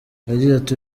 yagize